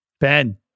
Ben